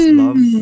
love